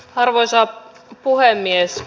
arvoisa puhemies